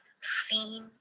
seen